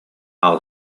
i’ll